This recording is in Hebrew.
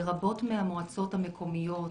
ברבות מהמועצות המקומיות,